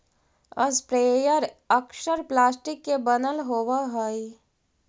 sprayer अक्सर plastic के बनल होवऽ हई